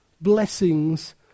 blessings